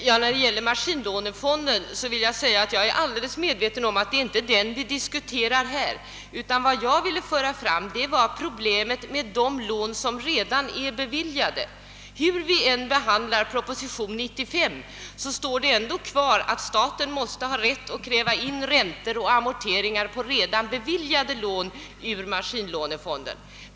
Herr talman! Beträffande maskinlånefonden är jag helt medveten om att det inte är den vi diskuterar. Vad jag ville föra fram var problemet med de lån som redan är beviljade. Hur vi än behandlar propositionen 95 kvarstår att staten har rätt att kräva in räntor och amorteringar på redan beviljade lån ur maskinlånefonden.